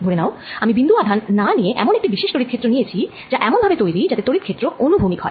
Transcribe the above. ধরে নাও আমি বিন্দু আধান না নিয়ে এমন একটি বিশেষ তড়িৎ ক্ষেত্র নিয়েছি যা এমন ভাবে তৈরি যাতে তড়িৎ ক্ষেত্র অনুভূমিক হয়